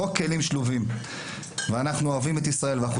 חוק כלים שלובים ואנחנו אוהבים את ישראל ואנחנו